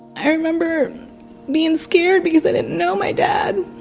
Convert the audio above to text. i remember being scared because i didn't know my dad.